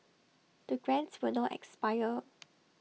the grants will not expire